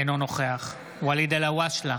אינו נוכח ואליד אלהואשלה,